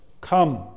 come